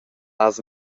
has